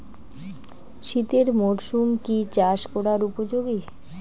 শীতের মরসুম কি চাষ করিবার উপযোগী?